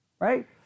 Right